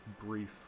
brief